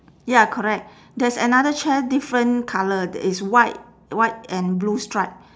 ya correct there's another chair different colour that is white white and blue stripe